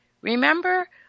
Remember